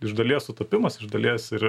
iš dalies sutapimas iš dalies ir